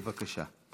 בבקשה.